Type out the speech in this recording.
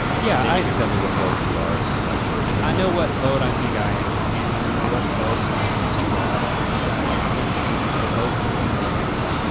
yeah you can tell me what boat you are and vice versa. i know what boat i think i am and i know what boat i think you are which i incidentally think is the boat that you you think you are.